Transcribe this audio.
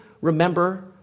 remember